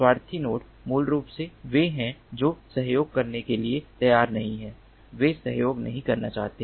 स्वार्थी नोड मूल रूप से वे हैं जो सहयोग करने के लिए तैयार नहीं हैं वे सहयोग नहीं करना चाहते हैं